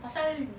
pasal